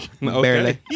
Barely